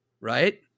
right